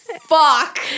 fuck